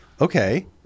okay